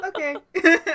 Okay